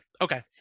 Okay